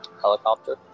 Helicopter